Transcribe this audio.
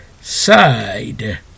Side